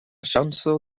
ŝanĝo